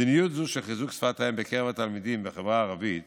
מדיניות זו של חיזוק שפת האם בקרב התלמידים בחברה הערבית